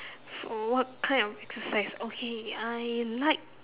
for what kind of exercise okay I like